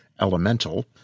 Elemental